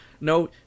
no